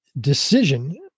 decision